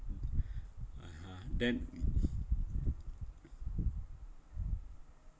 (uh huh) then